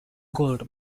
gold